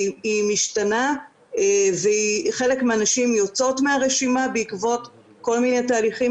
היא משתנה וחלק מהנשים יוצאות מהרשימה בעקבות כל מיני תהליכים